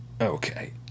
Okay